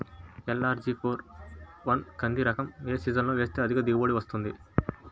LRG four one కంది రకం ఏ సీజన్లో వేస్తె అధిక దిగుబడి వస్తుంది?